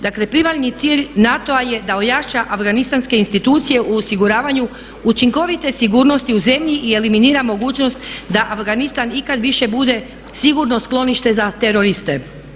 Dakle primarni cilj NATO-a je da ojača afganistanske institucije u osiguravanju učinkovite sigurnosti u zemlji eliminiramo mogućnost da Afganistan ikad više bude sigurno sklonište za teroriste.